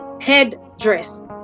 headdress